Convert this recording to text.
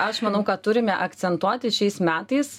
aš manau kad turime akcentuoti šiais metais